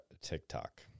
TikTok